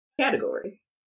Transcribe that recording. categories